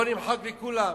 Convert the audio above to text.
אומרים: בוא נמחק לכולם,